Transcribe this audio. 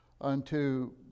unto